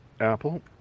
Apple